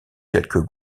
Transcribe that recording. quelques